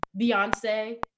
Beyonce